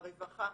הרווחה,